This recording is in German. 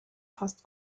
fast